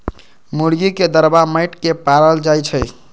मुर्गी के दरबा माटि के पारल जाइ छइ